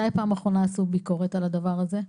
מתי בפעם האחרונה עשו ביקורת על הדבר הזה?